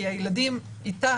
כי הילדים אתה,